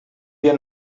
wir